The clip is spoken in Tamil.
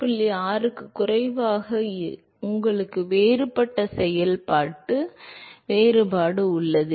6 க்கும் குறைவாக உங்களுக்கு வேறுபட்ட செயல்பாட்டு வேறுபாடு உள்ளது